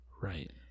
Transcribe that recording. Right